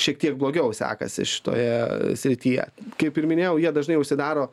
šiek tiek blogiau sekasi šitoje srityje kaip ir minėjau jie dažnai užsidaro